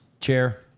Chair